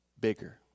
bigger